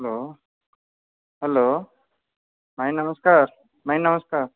hello hello ଭାଇ ନମସ୍କାର ଭାଇ ନମସ୍କାର